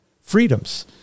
freedoms